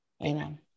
Amen